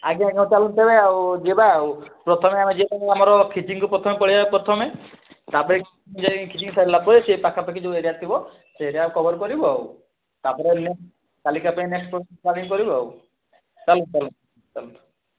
ଆଜ୍ଞା ଆଜ୍ଞା ଚାଲନ୍ତୁ ତେବେ ଆଉ ଯିବା ଆଉ ପ୍ରଥମେ ଆମେ ଯିବା ଆମର ଖିଚିଙ୍ଗକୁ ପ୍ରଥମେ ପଳେଇବା ପ୍ରଥମେ ତା'ପରେ ଖିଚିଙ୍ଗ ସାରିଲା ପରେ ସେ ପାଖାପାଖି ଯେଉଁ ଏରିଆ ଥିବ ସେ ଏରିଆକୁ କଭର କରିବୁ ଆଉ ତା'ପରେ ମୁଁ କାଲି କା ପାଇଁ ନେକ୍ସ୍ଟ ପ୍ଲାନନିଂଗ୍ କରିବୁ ଆଉ ଚାଲନ୍ତୁ ଚାଲନ୍ତୁ ଚାଲନ୍ତୁ